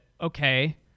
okay